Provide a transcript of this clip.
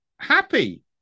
happy